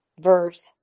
verse